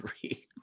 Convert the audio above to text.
Three